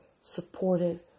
supportive